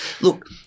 Look